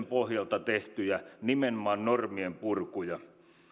pohjalta tehtyjä nimenomaan normien purkuja